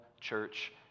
church